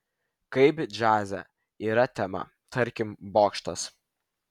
kaip džiaze yra tema tarkim bokštas